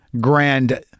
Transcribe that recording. grand